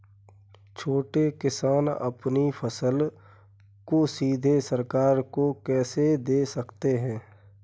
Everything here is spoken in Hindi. छोटे किसान अपनी फसल को सीधे सरकार को कैसे दे सकते हैं?